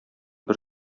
бер